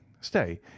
stay